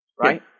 Right